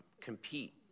compete